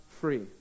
free